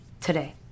today